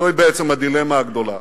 זוהי בעצם הדילמה הגדולה.